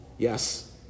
Yes